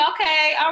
Okay